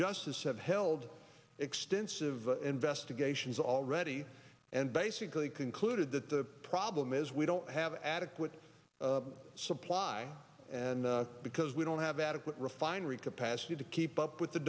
justice have held extensive investigations already and basically concluded that the problem is we don't have adequate supply and because we don't have adequate refinery capacity to keep up with the